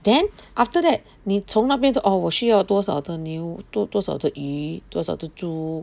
then after that 你从那边就 orh 我需要多少的牛多少的鱼多少的猪